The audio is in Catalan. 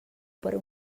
per